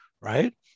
right